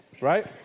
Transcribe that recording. right